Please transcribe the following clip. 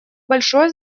большое